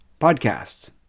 podcasts